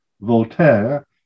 Voltaire